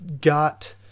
got